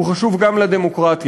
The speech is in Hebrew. הוא חשוב גם לדמוקרטיה.